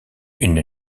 une